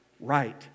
right